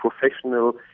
professional